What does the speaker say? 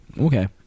okay